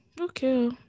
okay